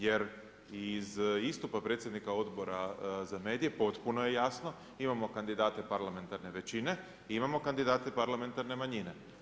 Jer iz istupa predsjednika Odbora za medije potpuno je jasno, imamo kandidate parlamentarne većine i imamo kandidate parlamentarne manjine.